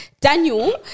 Daniel